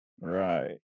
Right